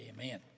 Amen